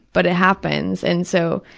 but it happens, and so,